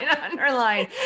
underline